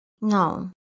No